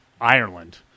Ireland